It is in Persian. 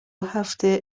هفته